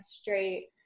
straight